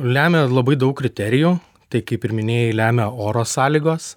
lemia labai daug kriterijų tai kaip ir minėjai lemia oro sąlygos